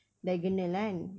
diagonal kan